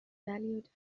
valued